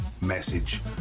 message